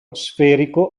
sferico